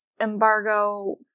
embargo